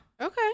Okay